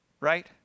Right